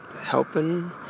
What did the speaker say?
helping